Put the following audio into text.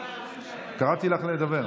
קראתי לך לדבר.